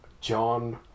John